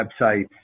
websites